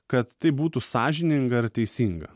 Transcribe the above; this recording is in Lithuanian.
kad tai būtų sąžininga ir teisinga